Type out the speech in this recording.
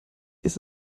ist